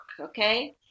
Okay